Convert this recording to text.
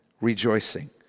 rejoicing